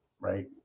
right